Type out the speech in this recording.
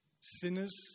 Sinners